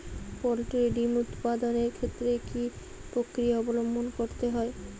Poultry ডিম উৎপাদনের ক্ষেত্রে কি পক্রিয়া অবলম্বন করতে হয়?